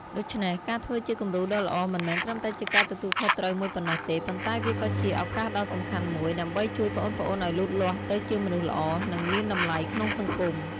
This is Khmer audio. ដូច្នេះ ការធ្វើជាគំរូដ៏ល្អ មិនមែនត្រឹមតែជាការទទួលខុសត្រូវមួយប៉ុណ្ណោះទេ ប៉ុន្តែវាក៏ជា ឱកាសដ៏សំខាន់មួយ ដើម្បីជួយប្អូនៗឱ្យលូតលាស់ទៅជាមនុស្សល្អ និងមានតម្លៃក្នុងសង្គម ។